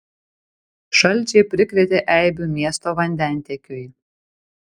šalčiai prikrėtė eibių miesto vandentiekiui